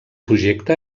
projecte